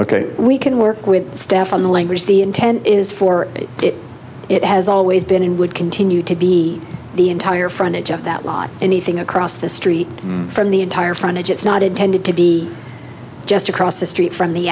ok we can work with staff on the language the intent is for it it has always been in would continue to be the entire frontage of that lot anything across the street from the entire front edge it's not intended to be just across the street from the